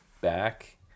back